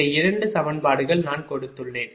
இந்த 2 சமன்பாடுகள் நான் கொடுத்துள்ளேன்